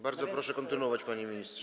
Bardzo proszę kontynuować, panie ministrze.